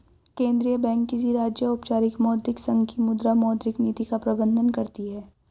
केंद्रीय बैंक किसी राज्य, औपचारिक मौद्रिक संघ की मुद्रा, मौद्रिक नीति का प्रबन्धन करती है